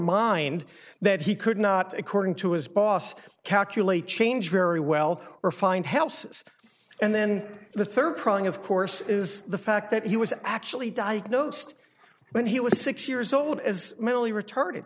mind that he could not according to his boss calculate change very well or find helps and then the third prong of course is the fact that he was actually diagnosed when he was six years old as mentally retarded